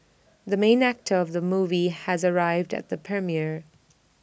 the main actor of the movie has arrived at the premiere